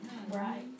Right